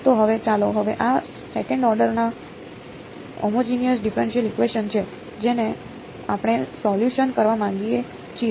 તો હવે ચાલો હવે આ સેકંડ ઓર્ડર ના હોમોજિનિયસ ડિફરેનશીયલ ઇકવેશન છે જેને આપણે સોલ્યુસન કરવા માંગીએ છીએ